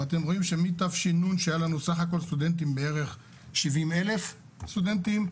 אתם רואים שמתש"ן שהיה לנו בערך 70,000 סטודנטים,